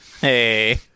Hey